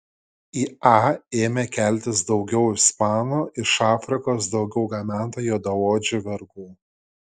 į a ėmė keltis daugiau ispanų iš afrikos daugiau gabenta juodaodžių vergų